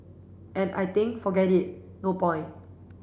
and I think forget it no point